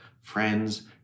friends